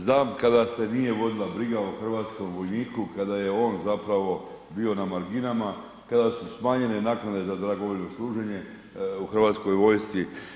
Znam kada se nije vodila briga o hrvatskom vojniku kada je on zapravo bio na marginama, kada su smanjene naknade za dragovoljno služenje u Hrvatskoj vojsci.